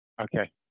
Okay